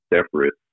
separate